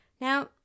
Now